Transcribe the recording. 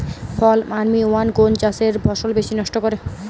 ফল armyworm কোন চাষের ফসল বেশি নষ্ট করে?